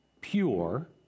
pure